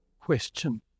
question